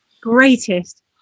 greatest